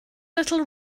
little